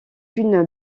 une